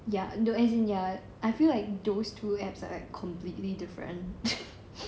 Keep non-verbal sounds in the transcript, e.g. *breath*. ya no as in ya I feel like those two apps are like completely different *breath*